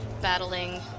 battling